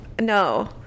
No